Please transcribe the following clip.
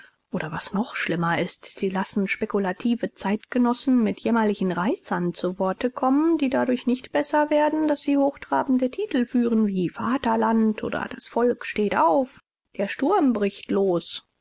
oder was noch schlimmer ist sie lassen spekulative zeitgenossen mit jämmerlichen reißern zu worte kommen die dadurch nicht besser werden daß sie hochtrabende titel führen wie vaterland oder das volk steht auf der sturm bricht los